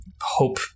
hope